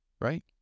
Right